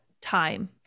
time